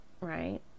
right